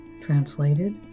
Translated